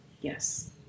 Yes